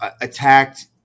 attacked